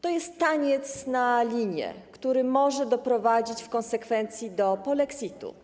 To jest taniec na linie, który może doprowadzić w konsekwencji do polexitu.